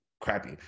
Crappy